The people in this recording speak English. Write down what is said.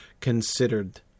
considered